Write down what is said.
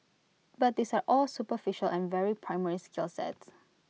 but these are all superficial and very primary skill sets